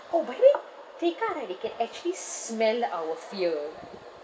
orh by the way tekka right they can actually s~ smell our fear